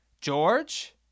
George